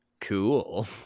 Cool